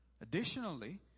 Additionally